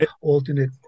alternate